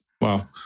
Wow